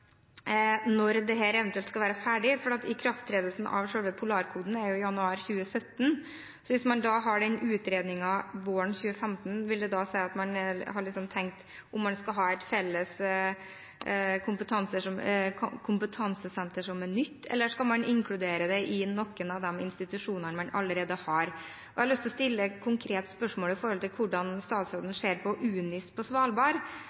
eventuelt skal være ferdig? Ikrafttredelsen av selve Polarkoden er jo i januar 2017, så hvis man gjennomfører den utredningen våren 2015, vil det da si at man har tenkt over om man skal ha et felles kompetansesenter som er nytt, eller skal man inkludere det i noen av de institusjonene man allerede har? Jeg har lyst til å stille et konkret spørsmål om hvordan statsråden ser på UNIS, The University Centre in Svalbard,